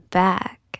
back